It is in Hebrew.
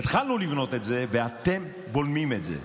התחלנו לבנות את זה ואתם בולמים את זה.